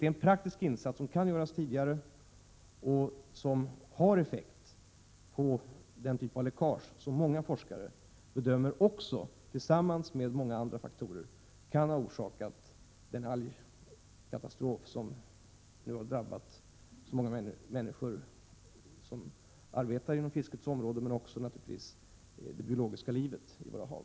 Det är en praktisk insats som kan göras tidigare och som har effekt på den typ av läckage som många forskare bedömer — tillsammans med många andra faktorer — kan ha orsakat den algkatastrof som nu har drabbat många människor som arbetar inom fisket, men också naturligtvis det biologiska livet i våra hav.